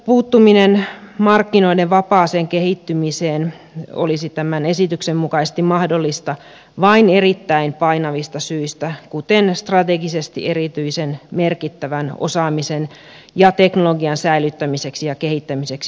puuttuminen markkinoiden vapaaseen kehittymiseen olisi tämän esityksen mukaisesti mahdollista vain erittäin painavista syistä kuten strategisesti erityisen merkittävän osaamisen ja teknologian säilyttämiseksi ja kehittämiseksi suomessa